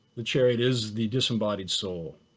the chariot is the disembodied soul,